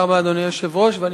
אדוני היושב-ראש, תודה רבה.